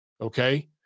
okay